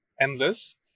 endless